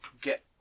get